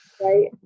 Right